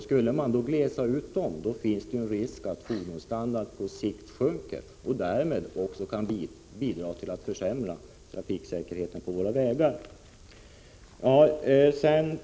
Skulle vi glesa ut dem finns det risk för att fordonsstandarden på sikt sjunker och därmed kan bidra till att försämra trafiksäkerheten.